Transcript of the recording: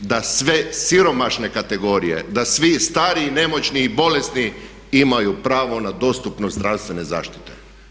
da sve siromašne kategorije, da svi stari i nemoćni i bolesni imaju pravo na dostupnost zdravstvene zaštite.